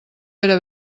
era